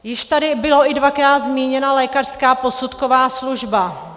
Již tady byla i dvakrát zmíněna lékařská posudková služba.